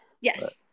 Yes